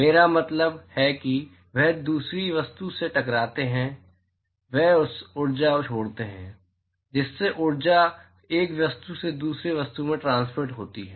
मेरा मतलब है कि वे दूसरी वस्तु से टकराते हैं वे ऊर्जा छोड़ते हैं जिससे ऊर्जा एक वस्तु से दूसरी वस्तु में ट्रांसमिट होती है